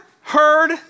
heard